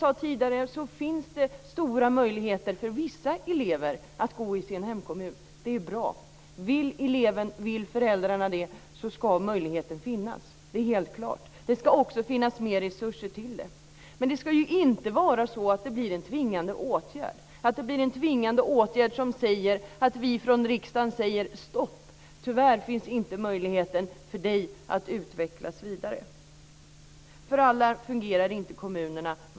Det finns stora möjligheter för vissa elever att gå i skolan i sin hemkommun. Det är bra. Vill eleven och föräldrar det ska möjligheten finnas. Det är helt klart. Det ska också finnas resurser till det. Men det ska inte bli en tvingande åtgärd från riksdagens sida som inte ger möjlighet till att utvecklas vidare. För alla fungerar inte kommunerna.